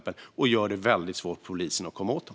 Annars är det svårt för polisen att komma åt dem.